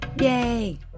yay